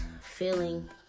feeling